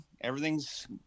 Everything's